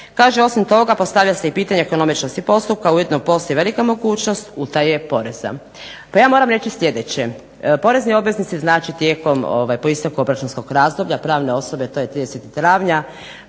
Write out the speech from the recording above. osim toga, postavlja se i pitanje ekonomičnosti postupka, ujedno postoji velika mogućnost utaje poreza. Pa ja moram reći sljedeće, porezni obveznici znači tijekom, po isteku obračunskog razdoblja, pravne osobe, to je 30. travnja,